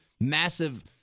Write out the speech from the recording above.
massive